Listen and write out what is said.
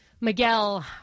Miguel